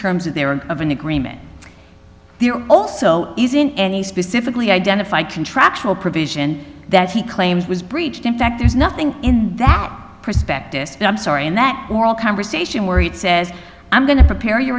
that there are of an agreement there also is in any specifically identify contractual provision that he claims was breached in fact there's nothing in that prospectus but i'm sorry in that oral conversation where it says i'm going to prepare your